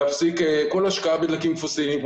להפסיק כל השקעה בדלקים פוסילים,